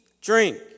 drink